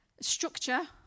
structure